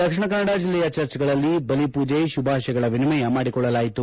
ದಕ್ಷಿಣ ಕನ್ನಡ ಜಿಲ್ಲೆಯ ಚರ್ಚ್ಗಳಲ್ಲಿ ಬಲಿಪೂಜೆಶುಭಾಶಯಗಳ ವಿನಿಮಯ ಮಾಡಿಕೊಳ್ಳಲಾಯಿತು